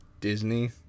Disney